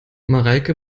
mareike